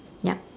yup